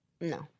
No